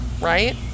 right